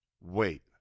Wait